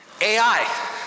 AI